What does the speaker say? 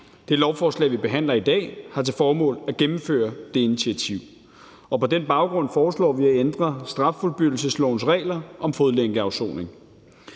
Det lovforslag, vi behandler i dag, har til formål at gennemføre det initiativ. På den baggrund foreslår vi at ændre straffuldbyrdelseslovens regler om fodlænkeafsoning.